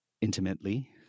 intimately